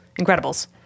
Incredibles